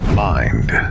Mind